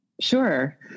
Sure